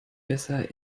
besser